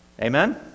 Amen